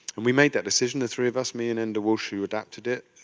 and we made that decision, the three of us, me and enda walsh who adapted it,